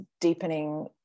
deepening